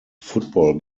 football